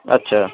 আচ্ছা